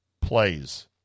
plays